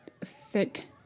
thick